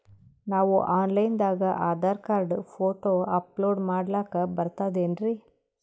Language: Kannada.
ನಾವು ಆನ್ ಲೈನ್ ದಾಗ ಆಧಾರಕಾರ್ಡ, ಫೋಟೊ ಅಪಲೋಡ ಮಾಡ್ಲಕ ಬರ್ತದೇನ್ರಿ?